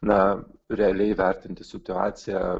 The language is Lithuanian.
na realiai įvertinti situaciją